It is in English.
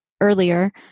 earlier